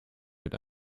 mit